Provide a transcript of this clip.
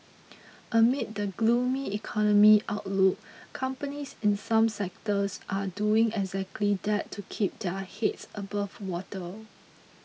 amid the gloomy economy outlook companies in some sectors are doing exactly that to keep their heads above water